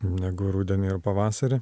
negu rudenį ar pavasarį